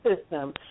system